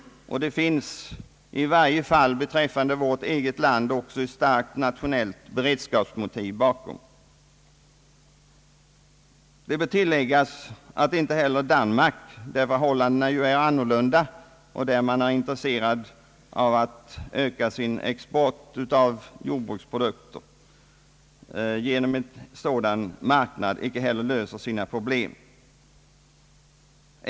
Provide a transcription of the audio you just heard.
I alla händelser när det gäller vårt eget land finns också ett starkt nationellt beredskapsmotiv. Det bör tilläggas att inte heller Danmark — där förhållandena är annorlunda än hos oss och där man är intresserad av att öka sin export av jordbruksprodukter — löser sina problem genom en sådan marknad.